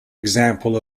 example